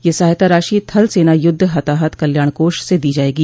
यह सहायता राशि थल सेना युद्ध हताहत कल्याण कोष से दी जायेगी